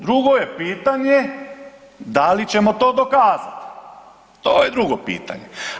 Drugo je pitanje da li ćemo to dokazati, to je drugo pitanje.